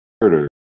Murder